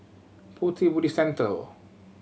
Pu Ti Buddhist Temple